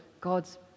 God's